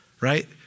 right